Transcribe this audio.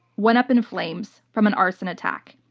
went up in flames from an arson attack.